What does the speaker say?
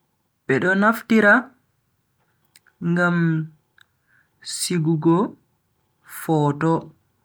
Bedo naftira ngam sigugo foto.